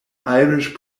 irish